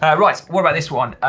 ah right, what about this one?